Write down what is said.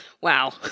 wow